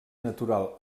natural